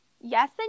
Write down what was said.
yes